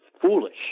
foolish